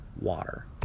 Water